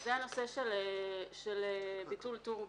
זה הנושא של ביטול טור ב'.